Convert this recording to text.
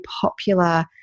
popular